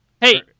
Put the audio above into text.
Hey